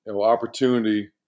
opportunity